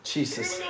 Jesus